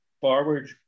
forward